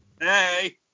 Hey